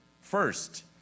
First